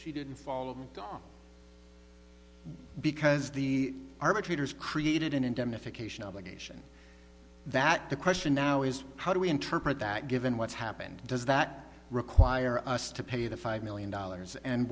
she didn't fall down because the arbitrator's created an indemnification obligation that the question now is how do we interpret that given what's happened does that require us to pay the five million dollars and